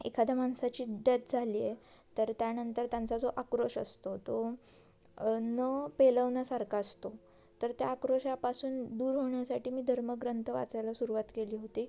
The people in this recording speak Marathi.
एखाद्या माणसाची डेथ झाली आहे तर त्यानंतर त्यांचा जो आक्रोष असतो तो न पेलवण्यासारखा असतो तर त्या आक्रोषापासून दूर होण्यासाठी मी धर्म ग्रंथ वाचायला सुरवात केली होती